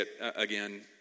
again